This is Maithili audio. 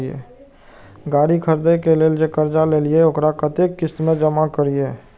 गाड़ी खरदे के लेल जे कर्जा लेलिए वकरा कतेक किस्त में जमा करिए?